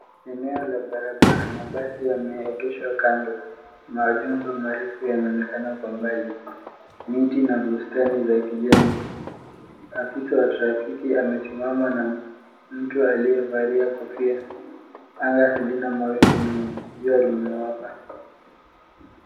Eneo la barabara. Mabasi yameegeshwa kando. Majengo marefu yanaonekana kwa mbali. Miti na bustani la kijani. afisa wa trafiki amesimama na mtu aliyevalia kofia. Anga halina mawingu mengi. Jua limewaka.